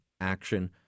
action